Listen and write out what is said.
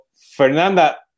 Fernanda